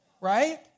Right